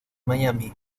miami